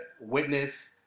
witness